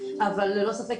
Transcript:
אבל ללא ספק,